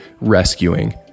rescuing